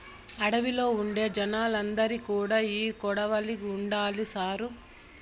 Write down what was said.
అడవిలో ఉండే జనాలందరి కాడా ఈ కొడవలి ఉండాది సారూ